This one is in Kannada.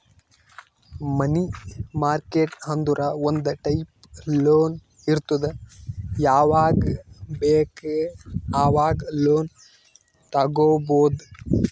ಮನಿ ಮಾರ್ಕೆಟ್ ಅಂದುರ್ ಒಂದ್ ಟೈಪ್ ಲೋನ್ ಇರ್ತುದ್ ಯಾವಾಗ್ ಬೇಕ್ ಆವಾಗ್ ಲೋನ್ ತಗೊಬೋದ್